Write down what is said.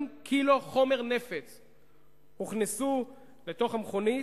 מחר נציין 30 שנה לשלום עם מצרים,